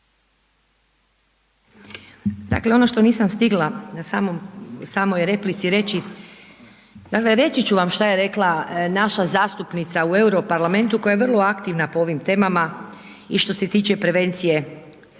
Dakle, ono što nisam stigla u samoj replici reći, dakle reći ću vam šta je rekla naša zastupnica u Europarlamentu koja je vrlo aktivna po ovim temama i što se tiče prevencije